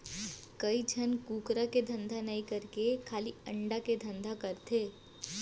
कइ झन कुकरा के धंधा नई करके खाली अंडा के धंधा करथे